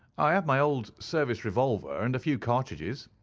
i have my old service revolver and a few cartridges.